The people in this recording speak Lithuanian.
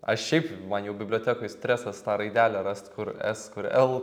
aš šiaip man jau bibliotekoj stresas tą raidelę rast kur s kur l